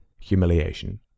humiliation